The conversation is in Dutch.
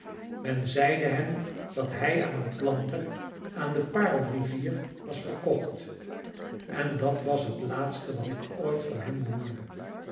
men zeide hem dat hij aan een planter aan de paarl rivier was verkocht en dat was het laatste dat ik ooit van hem hoorde